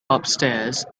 upstairs